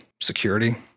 security